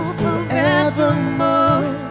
forevermore